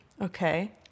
okay